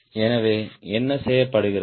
எனவே என்ன செய்யப்படுகிறது